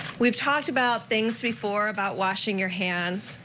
we've talked about things before about washing your hands,